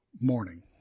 morning